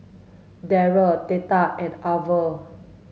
Daren Theta and Arvel